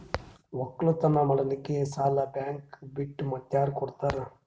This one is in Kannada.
ಒಕ್ಕಲತನ ಮಾಡಲಿಕ್ಕಿ ಸಾಲಾ ಬ್ಯಾಂಕ ಬಿಟ್ಟ ಮಾತ್ಯಾರ ಕೊಡತಾರ?